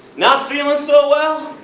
not feeling so well?